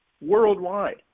worldwide